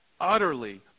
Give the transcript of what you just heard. utterly